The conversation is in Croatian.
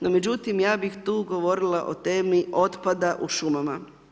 No međutim, ja bih tu govorila o temi otpada u šumama.